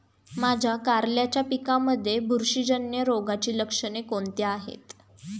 माझ्या कारल्याच्या पिकामध्ये बुरशीजन्य रोगाची लक्षणे कोणती आहेत?